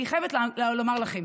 אני חייבת לומר לכם